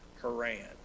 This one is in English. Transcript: Haran